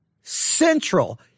central